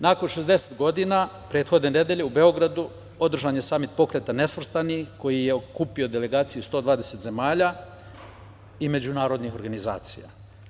Nakon 60 godina, prethodne nedelje, u Beogradu, održan je Samit Pokreta nesvrstanih koji je okupio delegacije 120 zemalja i međunarodnih organizacija.